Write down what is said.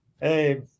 Hey